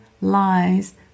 lies